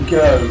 go